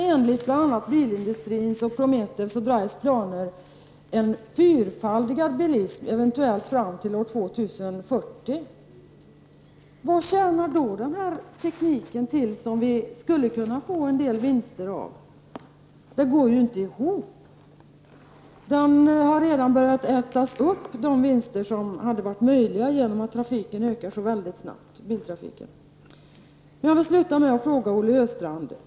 Enligt bl.a. bilindustrins, Prometheus och Drives planer skall det bli en fyrfaldigad bilism till år 2040. Vad tjänar då denna reningsteknik till som vi skulle kunna få en del vinster av? Det går ju inte ihop. Dessa vinster som hade varit möjliga har redan börjat ätas upp genom att biltrafiken ökar så snabbt.